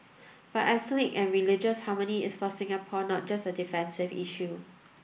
but ethnic and religious harmony is for Singapore not just a defensive issue